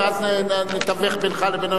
ואז נתווך בינך לבין,